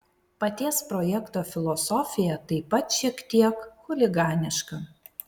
paties projekto filosofija taip pat šiek tiek chuliganiška